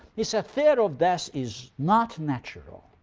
he said, fear of death is not natural.